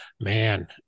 man